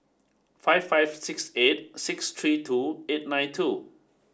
five five six eight six three two eight nine two